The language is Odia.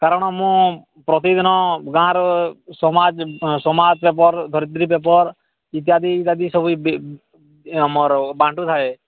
କାରଣ ମୁଁ ପ୍ରତିଦିନ ଗାଁର ସମାଜ ସମାଜ ପେପର୍ ଧରିତ୍ରୀ ପେପର୍ ଇତ୍ୟାଦି ଇତ୍ୟାଦି ସବୁ ଆମର ବାଣ୍ଟୁ ଥାଏ